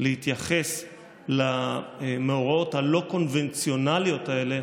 להתייחס למאורעות הלא-קונבנציונליים האלה